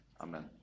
Amen